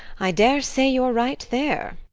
i daresay you're right there.